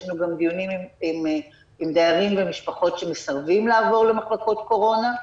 יש לנו גם דיונים עם דיירים ומשפחות שמסרבים לעבור למחלקות קורונה.